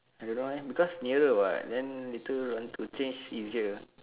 I don't know leh because nearer [what] then later want to change easier